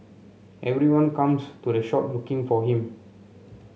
everyone comes to the shop looking for him